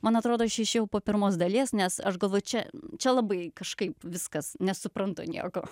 man atrodo aš išėjau po pirmos dalies nes aš galvoju čia čia labai kažkaip viskas nesuprantu nieko